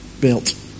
built